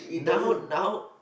now now